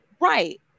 right